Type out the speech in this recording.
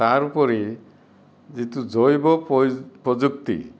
তাৰ উপৰি যিটো জৈৱ প্ৰযুক্তি